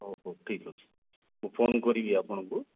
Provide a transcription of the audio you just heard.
ହଉ ହଉ ଠିକ୍ ଅଛି ମୁଁ ଫୋନ୍ କରିବି ଆପଣଙ୍କୁ